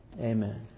Amen